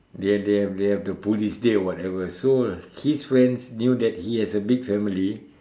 they have they have they have the police day whatever so his friends knew that he has a big family